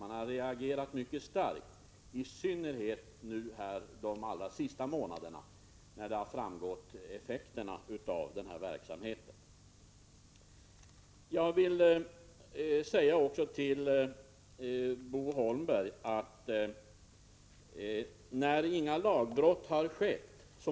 Man har reagerat mycket kraftigt, i synnerhet de allra senaste månaderna när effekterna av denna verksamhet blivit kända. Bo Holmberg säger att inga lagbrott har skett.